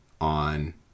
on